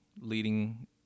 leading